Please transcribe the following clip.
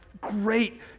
great